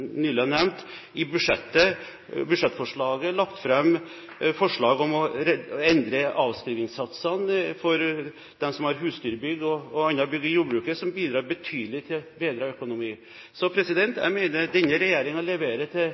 nylig nevnte, i budsjettforslaget lagt fram forslag om å endre avskrivningssatsene for husdyrbygg og andre bygg i jordbruket, som bidrar betydelig til bedret økonomi. Så jeg mener at denne regjeringen leverer til